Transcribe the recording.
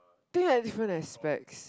think like different aspects